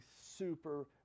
super